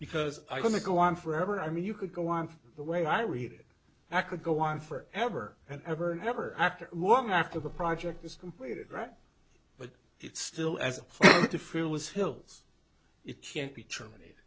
because i want to go on forever i mean you could go on the way i read it i could go on for ever and ever and ever after one after the project is completed right but it's still as if it was hills it can't be terminated